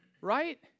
Right